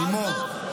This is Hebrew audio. אלמוג.